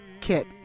kit